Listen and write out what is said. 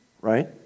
Right